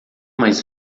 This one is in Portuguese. mais